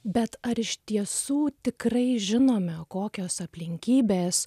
bet ar iš tiesų tikrai žinome kokios aplinkybės